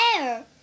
air